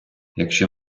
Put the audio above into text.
якщо